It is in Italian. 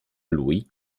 lui